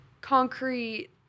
concrete